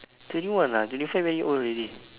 twenty one lah twenty five very old already